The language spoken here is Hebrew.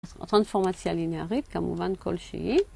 אותה אינפורמציה לינארית, ‫כמובן כלשהי,